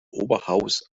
oberhaus